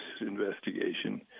investigation